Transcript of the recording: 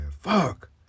fuck